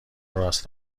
راست